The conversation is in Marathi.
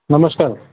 नमस्कार